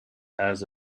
has